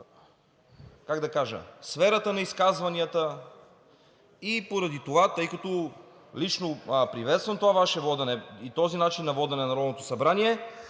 как да кажа, сферата на изказванията и поради това, тъй като лично приветствам това Ваше водене и този начин на водене на Народното събрание,